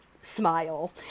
smile